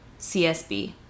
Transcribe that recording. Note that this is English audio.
CSB